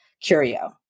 Curio